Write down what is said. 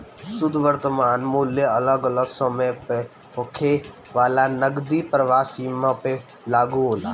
शुद्ध वर्तमान मूल्य अगल अलग समय पअ होखे वाला नगदी प्रवाह सीमा पअ लागू होला